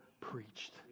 preached